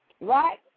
right